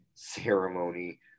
Ceremony